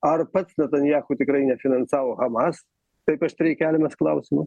ar pats natanjahu tikrai nefinansavo hamas taip aštriai keliamas klausimas